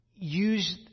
Use